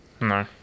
No